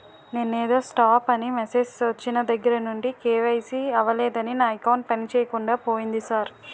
నిన్నేదో స్టాప్ అని మెసేజ్ ఒచ్చిన దగ్గరనుండి కే.వై.సి అవలేదని నా అకౌంట్ పనిచేయకుండా పోయింది సార్